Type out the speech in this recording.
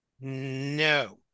No